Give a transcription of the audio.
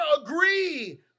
agree